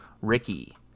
ricky